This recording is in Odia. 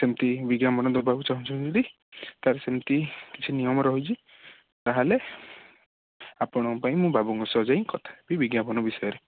ସେମିତି ବିଜ୍ଞାପନ ଦେବାକୁ ଚାଁହୁଛନ୍ତି ତାହେଲେ ସେମିତି କିଛି ନିୟମ ରହିଛି ତାହେଲେ ଆପଣଙ୍କ ପାଇଁ ମୁଁ ବାବୁଙ୍କ ସହ ଯାଇ କଥା ହେବି ବିଜ୍ଞାପନ ବିଷୟରେ